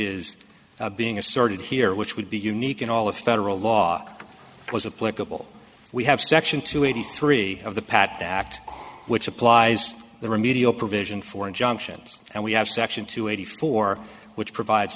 is being asserted here which would be unique in all the federal law was a political we have section two eighty three of the patent act which applies the remedial provision for injunctions and we have section two eighty four which provides